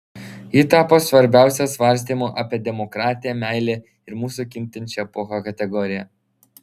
ji tapo svarbiausia svarstymų apie demokratiją meilę ir mūsų kintančią epochą kategorija